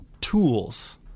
tools